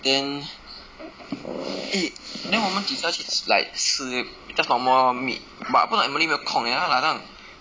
then eh then 我们几时要去 like 吃 just normal lor meet but 不懂 emily 有没有空 leh 她 like 那种